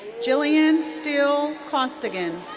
jillian steele costigan.